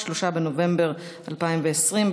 3 בנובמבר 2020,